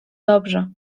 dobrze